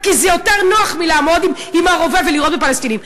"כי זה יותר נוח מלעמוד עם הרובה ולירות בפלסטינים".